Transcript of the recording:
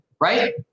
right